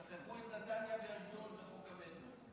השאירו את נתניה ואשדוד מחוץ למטרו.